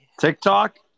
TikTok